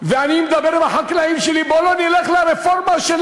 ואני מדבר עם החקלאים שלי: בואו לא נלך לרפורמה של